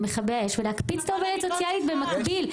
למכבי אש ולהקפיץ את העובדת הסוציאלית במקביל.